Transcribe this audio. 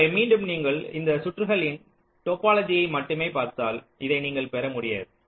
எனவே மீண்டும் நீங்கள் இந்த சுற்றுகளின் டோபோலொஜியை மட்டுமே பார்த்தால் இதை நீங்கள் பெற முடியாது